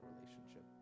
relationship